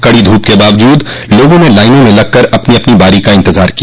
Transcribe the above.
कड़ी धूप के बावजूद लोगों ने लाइन में लगकर अपनी बारी का इंतजार किया